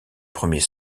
premiers